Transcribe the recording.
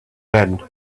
red